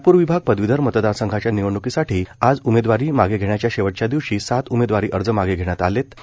नागप्र विभाग पदवीधर मतदार संघाच्या निवडणुकीसाठी आज उमेदवारी मागे मागे घेण्याचे शेवटच्या दिवशी सात उमेदवारी अर्ज मागे घेण्यात आले आहेतं